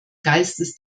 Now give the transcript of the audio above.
geistes